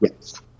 Yes